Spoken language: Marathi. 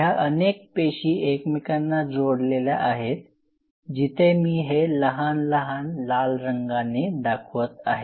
ह्या अनेक पेशी एकमेकांना जोडलेल्या आहेत जिथे मी हे लहान लहान लाल रंगाने दाखवत आहे